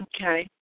Okay